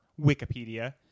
Wikipedia